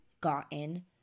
gotten